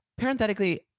Parenthetically